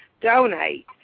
donate